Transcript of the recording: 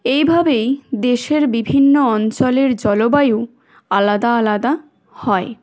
এইভাবেই দেশের বিভিন্ন অঞ্চলের জলবায়ু আলাদা আলাদা হয়